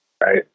right